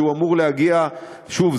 שוב,